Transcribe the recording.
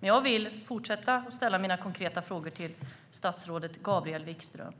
dem. Jag vill dock fortsätta att ställa mina konkreta frågor till statsrådet Gabriel Wikström.